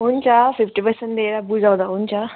हुन्छ fifty percent दिएर बुझाउँदा हुन्छ